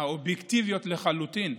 האובייקטיביות לחלוטין.